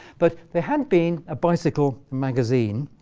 but there had been a bicycle magazine.